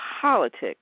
politics